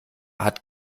hat